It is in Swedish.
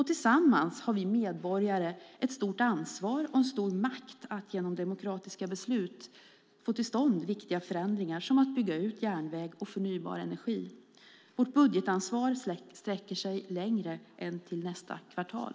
Tillsammans har vi medborgare ett stort ansvar och en stor makt att genom demokratiska beslut få till stånd viktiga förändringar som att bygga ut järnväg och förnybar energi. Vårt budgetansvar sträcker sig längre än till nästa kvartal.